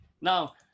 Now